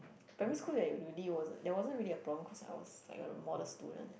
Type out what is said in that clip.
primary school there really wasn't there wasn't really a problem cause I was like a model student